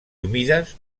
humides